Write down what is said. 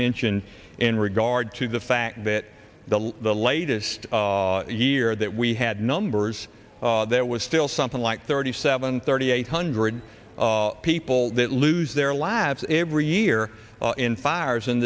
mentioned in regard to the fact that the latest year that we had numbers there was still something like thirty seven thirty eight hundred people that lose their labs every year in fires in